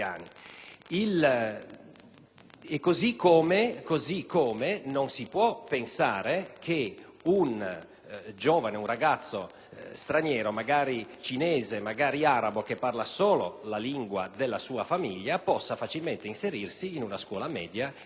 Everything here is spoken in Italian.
Così come non si può pensare che un ragazzo straniero, magari cinese o arabo, che parla solo la lingua della sua famiglia possa facilmente inserirsi in una scuola media superiore.